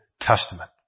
Testament